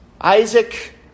Isaac